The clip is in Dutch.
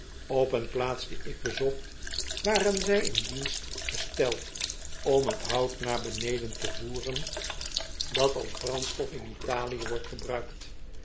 op een plaats die ik bezocht waren zij in dienst gesteld om t hout naar beneden te voeren dat een reiziger die geen handel dhïjpt als brandstof in italië wordt gebruikt